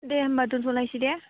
दे होमब्ला दोनथ'लायसै दे